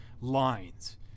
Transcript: lines